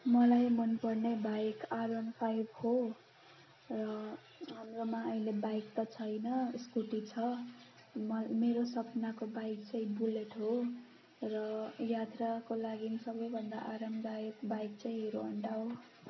मलाई मन पर्ने बाइक आर वान फाइभ हो र हाम्रोमा अहिले बाइक त छैन स्कुटी छ म मेरो सपनाको बाइक चाहिँ बुलेट हो र यात्राको लागन् सबैभन्दा आरामदायक बाइक चाहिँ हिरोहन्डा हो